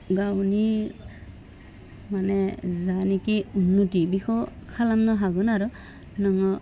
गावनि माने जानिखि उन्नुथि बेखौ खालामनो हागोन आरो नोङो